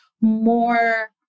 more